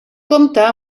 compta